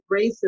Racism